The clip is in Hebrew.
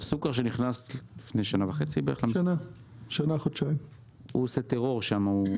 סוכר נכנס לפני כשנה לתפקידו, והוא עושה שם טרור.